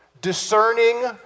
discerning